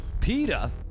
Peter